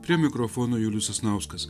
prie mikrofono julius sasnauskas